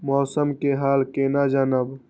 मौसम के हाल केना जानब?